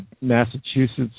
Massachusetts